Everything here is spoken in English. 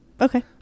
okay